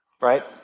Right